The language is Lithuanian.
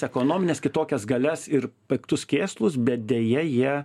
ekonomines kitokias galias ir piktus kėslus bet deja jie